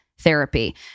therapy